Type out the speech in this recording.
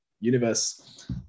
universe